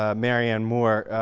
ah marianne moore,